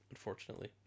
Unfortunately